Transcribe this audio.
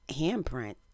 handprint